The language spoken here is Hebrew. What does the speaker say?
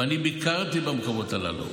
אני ביקרתי במקומות הללו,